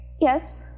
yes